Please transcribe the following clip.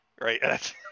right